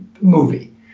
movie